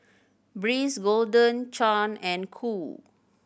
Breeze Golden Churn and Qoo